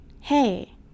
Hey